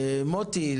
מוטי,